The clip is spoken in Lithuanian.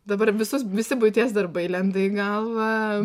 dabar visus visi buities darbai lenda į galvą